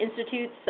Institutes